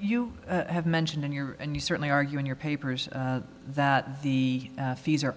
you have mentioned in your and you certainly argue in your papers that the fees are